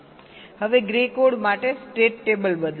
હવે Gray code માટે state table બદલાશે